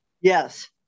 yes